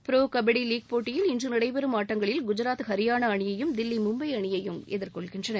pro kabaddi league போட்டியில் இன்று நடைபெறும் ஆட்டங்களில் குஜராத் ஹரியானா அணியையும் தில்லி மும்பை அணியையும் எதிர்கொள்கின்றன